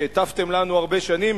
שהטפתם לנו הרבה שנים,